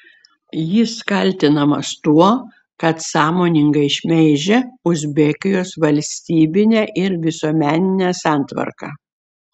jis kaltinamas tuo kad sąmoningai šmeižė uzbekijos valstybinę ir visuomeninę santvarką